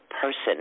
person